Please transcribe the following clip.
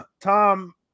Tom